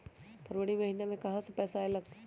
फरवरी महिना मे कहा कहा से पैसा आएल?